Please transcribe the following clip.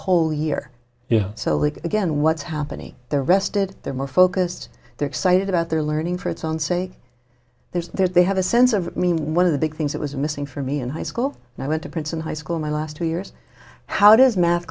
whole year so that again what's happening there rested they're more focused they're excited about their learning for its own sake there's there they have a sense of i mean one of the big things that was missing for me in high school and i went to princeton high school my last two years how does math